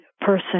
person